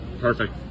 Perfect